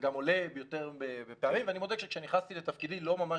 אני מודה שכשנכנסתי לתפקידי לא ממש